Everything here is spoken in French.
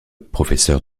professeur